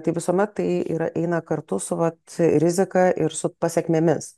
tai visuomet tai yra eina kartu su vat rizika ir su pasekmėmis